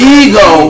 ego